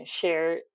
share